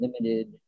limited